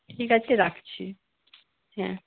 ঠিক আছে রাখছি হ্যাঁ